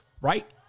right